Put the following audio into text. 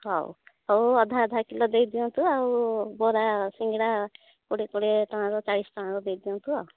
ହଉ ହଉ ହଉ ଅଧା ଅଧା କିଲୋ ଦେଇ ଦିଅନ୍ତୁ ବରା ସିଙ୍ଗଡ଼ା କୋଡ଼ିଏ କୋଡ଼ିଏ ଟଙ୍କାର ଚାଳିଶ ଟଙ୍କାର ଦେଇ ଦିଅନ୍ତୁ